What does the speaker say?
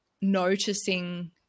noticing